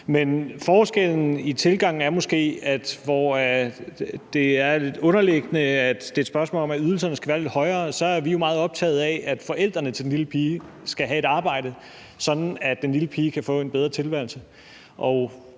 Men forskellen i tilgangen er måske, at hvor det er lidt underliggende her, at det er et spørgsmål om, at ydelserne skal være lidt højere, så er vi jo meget optaget af, at forældrene til den lille pige skal have et arbejde, sådan at den lille pige kan få en bedre tilværelse.